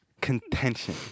Contention